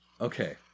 Okay